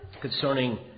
concerning